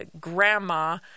grandma